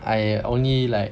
I only like